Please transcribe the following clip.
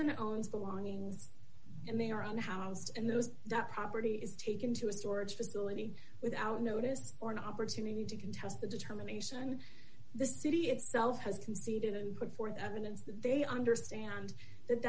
person owns belongings and they are on housed and those that property is taken to a storage facility without notice or an opportunity to contest the determination the city itself has conceded and put forth evidence that they understand that